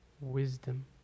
Wisdom